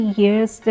years